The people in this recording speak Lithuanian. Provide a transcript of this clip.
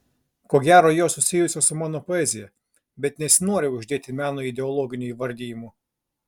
ko gero jos susijusios su mano poezija bet nesinori uždėti menui ideologinių įvardijimų